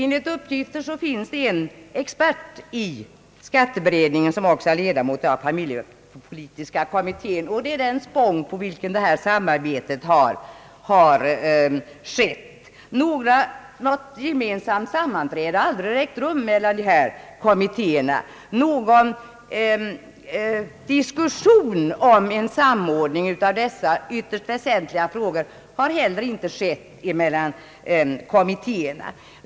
Enligt uppgift finns det en expert i skatteberedningen som också var medlem av familjepolitiska kommittén, och det är den spång på vilken detta samarbete har organiserats. Något gemensamt sammanträde har aldrig ägt rum mellan dessa kommittéer. Någon diskussion om en samordning av dessa ytterst väsentliga frågor har heller inte förekommit mellan kommittéerna.